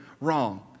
wrong